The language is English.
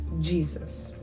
Jesus